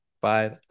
bye